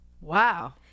Wow